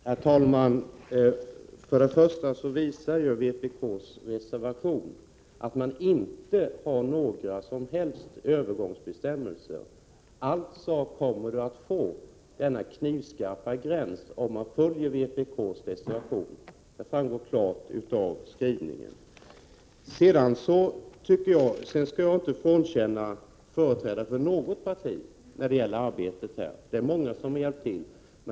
Herr talman! Vpk:s reservation visar att man inte vill ha några övergångsbestämmelser. Man kommer således att få denna knivskarpa gräns om man följer vpk:s reservation. Det framgår klart av skrivningen. Jag skall inte frånkänna företrädare för något parti äran när det gäller arbetet. Det är många som har hjälpt till.